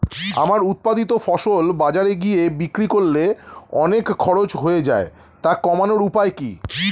আমার উৎপাদিত ফসল বাজারে গিয়ে বিক্রি করলে অনেক খরচ হয়ে যায় তা কমানোর উপায় কি?